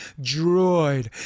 Droid